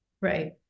right